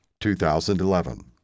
2011